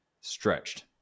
stretched